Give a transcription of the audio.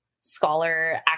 scholar